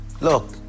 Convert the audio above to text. look